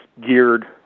geared